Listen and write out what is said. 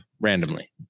randomly